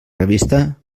revista